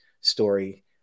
story